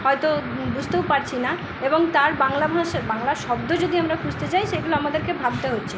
হয়তো বুঝতেও পারছি না এবং তার বাংলা ভাষা বাংলা শব্দ যদি আমরা খুঁজতে যাই সেগুলো আমাদেরকে ভাবতে হচ্ছে